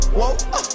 whoa